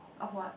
of what